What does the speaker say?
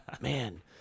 Man